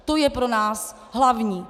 To je pro nás hlavní.